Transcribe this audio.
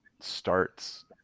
starts